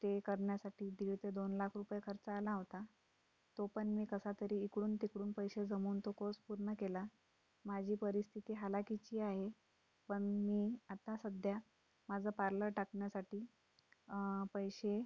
ते करण्यासाठी दीड ते दोन लाख रुपये खर्च आला होता तोपण मी कसा तरी इकडून तिकडून पैसे जमवून तो कोर्स पूर्ण केला माझी परिस्थिती हलाखीची आहे पण मी आता सध्या माझं पार्लर टाकण्यासाठी पैसे